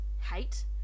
hate